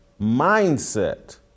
mindset